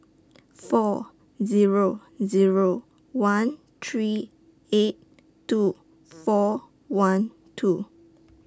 four Zero Zero one three eight two four one two